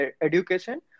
education